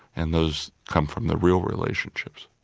and those come from the real relationships.